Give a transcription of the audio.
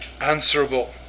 answerable